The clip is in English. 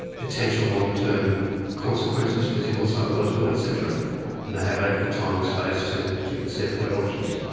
potential longer term consequences physical, psychological etc and they have adequate time and space to to consider their options.